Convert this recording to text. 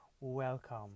Welcome